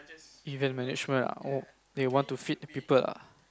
event management ah oh they want to fit the people ah